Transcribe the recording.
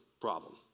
problem